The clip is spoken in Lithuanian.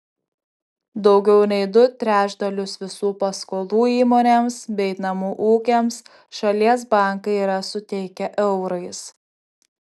daugiau nei du trečdalius visų paskolų įmonėms bei namų ūkiams šalies bankai yra suteikę eurais